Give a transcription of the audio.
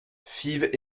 fives